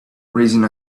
raising